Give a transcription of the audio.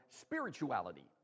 spirituality